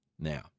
Now